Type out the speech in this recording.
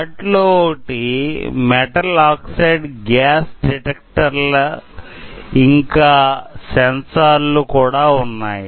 వాటిలో ఒకటి metal oxide gas డిటెక్టర్ల ఇంకా సెన్సార్లు కూడా ఉన్నాయి